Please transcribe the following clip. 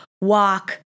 walk